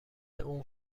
اون